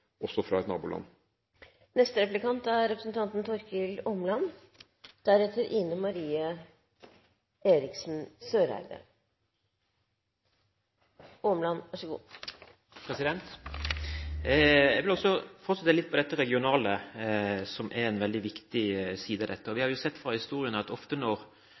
også fra et naboland. Jeg vil også fortsette litt når det gjelder det regionale, som er en veldig viktig side ved dette. Vi har jo sett fra historien at når man trekker seg ut fra områder, skapes det ofte